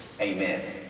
amen